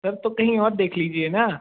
sir तो कहीं और देख लीजिए न